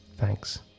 thanks